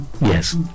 Yes